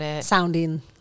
sounding